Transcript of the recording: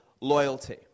loyalty